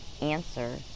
answer